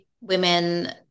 women